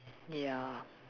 ya